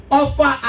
offer